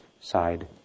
side